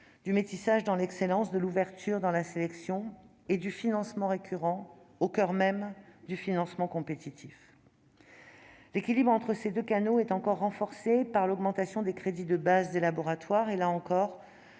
du métissage dans l'excellence, de l'ouverture dans la sélection, et du financement récurrent au coeur même du financement compétitif. L'équilibre entre ces deux canaux est encore renforcé par l'augmentation des crédits de base des laboratoires. Là encore,